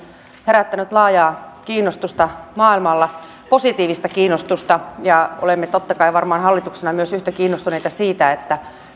herättänyt laajaa kiinnostusta maailmalla positiivista kiinnostusta olemme totta kai varmaan hallituksena myös yhtä kiinnostuneita siitä